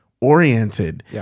oriented